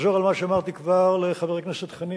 לחזור על מה שכבר אמרתי לחבר הכנסת חנין: